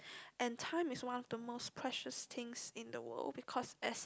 and time is one of the most precious things in the world because as